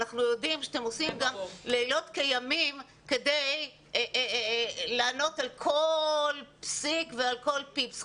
אנחנו יודעים שאתם עושים לילות כימים כדי לענות על כל פסיק ועל כל פיפס,